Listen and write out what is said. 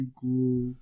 cool